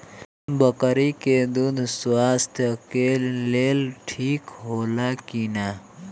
बकरी के दूध स्वास्थ्य के लेल ठीक होला कि ना?